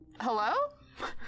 Hello